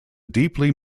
deeply